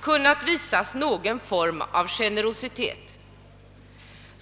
kunna visa någon form av generositet.